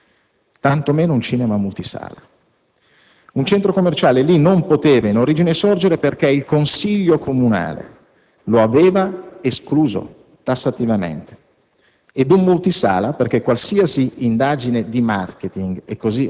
non doveva e non poteva sorgere un centro commerciale, tanto meno un cinema multisala. Un centro commerciale lì non poteva in origine sorgere perché il Consiglio comunale lo aveva escluso tassativamente,